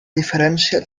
diferència